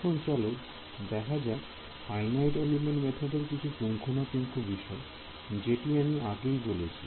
এখন চলো দেখা যায় ফাইনাইট এলিমেন্ট মেথড এর কিছু পুঙ্খানুপুঙ্খ বিষয় জেটি আমি আগেই বলেছি